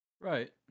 right